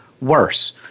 worse